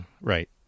right